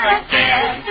again